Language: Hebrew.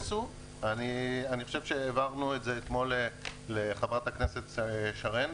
העברנו את החישובים לחברת הכנסת השכל.